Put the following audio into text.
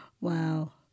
Wow